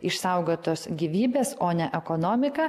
išsaugotos gyvybės o ne ekonomika